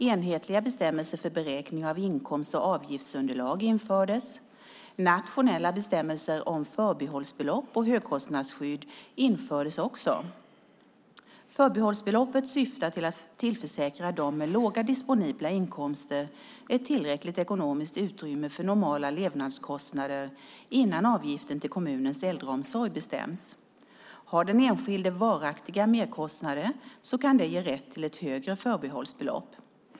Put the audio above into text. Enhetliga bestämmelser för beräkning av inkomst och avgiftsunderlag infördes. Nationella bestämmelser om förbehållsbelopp och högkostnadsskydd infördes också. Förbehållsbeloppet syftar till att tillförsäkra dem med låga disponibla inkomster ett tillräckligt ekonomiskt utrymme för normala levnadskostnader innan avgiften till kommunens äldreomsorg bestäms. Har den enskilde varaktiga merkostnader kan det ge rätt till ett högre förbehållsbelopp.